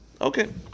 Okay